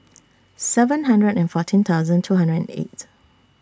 seven hundred and fourteen thousand two hundred and eight